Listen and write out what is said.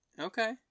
Okay